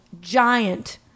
giant